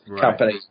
company